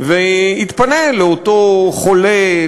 ויתפנה לאותו חולה,